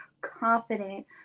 confident